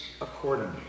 accordingly